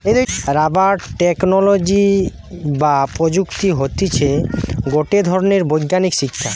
rubber technology বা প্রযুক্তি হতিছে গটে ধরণের বৈজ্ঞানিক শিক্ষা